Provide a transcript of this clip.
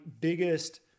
biggest